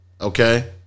Okay